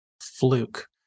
fluke